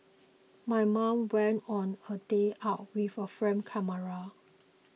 my mom went on a day out with a film camera